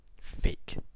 fake